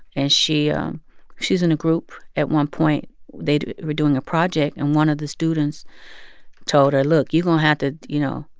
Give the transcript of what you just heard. and she um she was in a group at one point. they were doing a project, and one of the students told her, look you're going to have to, you know,